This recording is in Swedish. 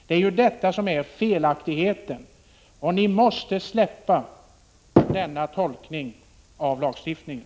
Detta är felaktigheten! Ni måste släppa denna tolkning av lagstiftningen.